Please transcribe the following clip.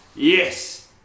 Yes